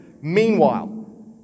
Meanwhile